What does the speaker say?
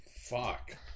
fuck